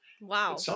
Wow